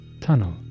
tunnel